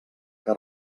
que